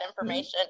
information